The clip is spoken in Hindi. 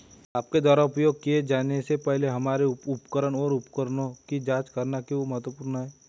आपके द्वारा उपयोग किए जाने से पहले हमारे उपकरण और उपकरणों की जांच करना क्यों महत्वपूर्ण है?